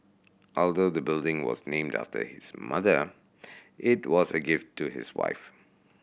although the building was named after his mother it was a gift to his wife